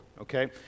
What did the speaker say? okay